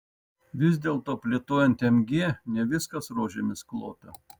vis dėlto plėtojant mg ne viskas rožėmis klota